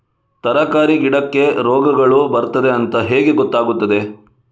ತರಕಾರಿ ಗಿಡಕ್ಕೆ ರೋಗಗಳು ಬರ್ತದೆ ಅಂತ ಹೇಗೆ ಗೊತ್ತಾಗುತ್ತದೆ?